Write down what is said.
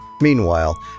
Meanwhile